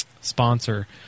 sponsor